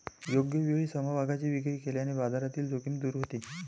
योग्य वेळी समभागांची विक्री केल्याने बाजारातील जोखीम दूर होते